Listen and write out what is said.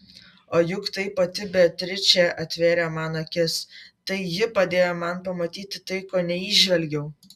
o juk tai pati beatričė atvėrė man akis tai ji padėjo man pamatyti tai ko neįžvelgiau